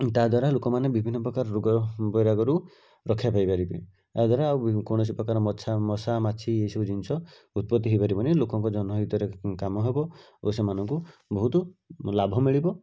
ତା' ଦ୍ଵାରା ଲୋକମାନେ ବିଭିନ୍ନ ପ୍ରକାର ରୋଗ ବୈରାଗରୁ ରକ୍ଷା ପାଇପାରିବେ ଏହାଦ୍ଵାରା ଆଉ କୌଣସି ପ୍ରକାର ମଛା ମଶା ମାଛି ଏଇସବୁ ଜିନିଷ ଉତ୍ପତ୍ତି ହୋଇପାରିବନି ଲୋକଙ୍କ ଜନହିତରେ କାମ ହେବ ଓ ସେମାନଙ୍କୁ ବହୁତ ଲାଭ ମିଳିବ